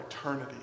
eternity